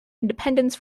independence